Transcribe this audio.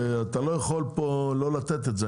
ואתה לא יכול פה לא לתת את זה,